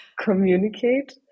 communicate